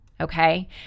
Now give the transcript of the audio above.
Okay